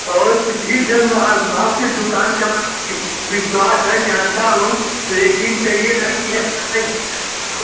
वो तो ठीक है मैं आज आपकी दुकान के विश्वास है जानता हूँ लेकिन तहिए रही